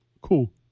Cool